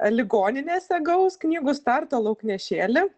ligoninėse gaus knygų starto lauknešėlį